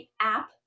app